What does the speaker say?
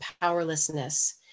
powerlessness